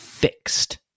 fixed